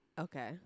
Okay